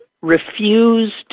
refused